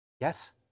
Yes